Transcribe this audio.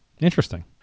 interesting